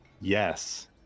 Yes